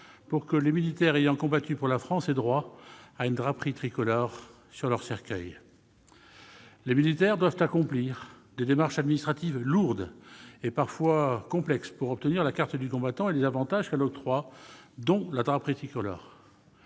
pour que les militaires ayant combattu pour la France aient droit à une draperie tricolore sur leur cercueil. Les militaires doivent accomplir des démarches administratives lourdes, et parfois complexes, pour obtenir la carte du combattant et les avantages qu'elle octroie- dont la draperie tricolore.